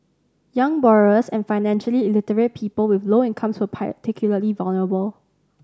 young borrowers and financially illiterate people with low incomes were particularly vulnerable